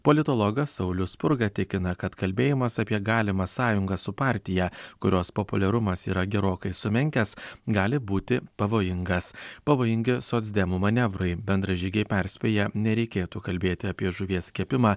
politologas saulius spurga tikina kad kalbėjimas apie galimą sąjungą su partija kurios populiarumas yra gerokai sumenkęs gali būti pavojingas pavojingi socdemų manevrai bendražygiai perspėja nereikėtų kalbėti apie žuvies kepimą